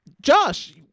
Josh